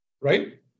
Right